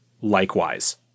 likewise